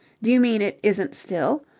do you mean it isn't still?